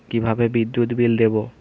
কিভাবে বিদ্যুৎ বিল দেবো?